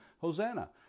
Hosanna